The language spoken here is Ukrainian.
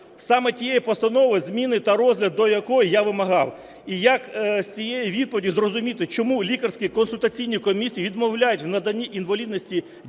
Саме тієї постанови, зміни та розгляд до якої я вимагав. І як з цієї відповіді зрозуміти, чому лікарські консультаційні комісії відмовляють в наданні інвалідності дітям,